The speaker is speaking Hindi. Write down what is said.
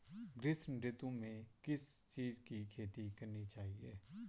ग्रीष्म ऋतु में किस चीज़ की खेती करनी चाहिये?